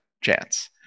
chance